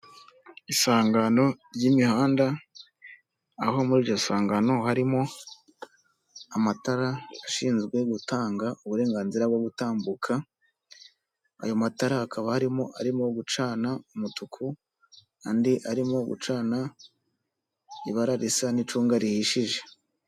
Isangano ry'imihanda aho muri iryo sangano harimo amatara ashinzwe gutanga uburenganzira bwo gutambuka, ayo matara akaba harimo arimo gucana umutuku, andi arimo gucana ibara risa n'icunga rihishije.